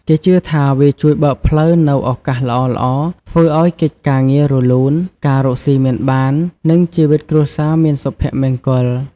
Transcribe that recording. គេជឿថាវាជួយបើកផ្លូវនូវឱកាសល្អៗ ធ្វើឲ្យកិច្ចការងាររលូន ការរកស៊ីមានបាន និងជីវិតគ្រួសារមានសុភមង្គល។